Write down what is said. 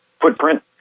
footprint